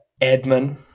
admin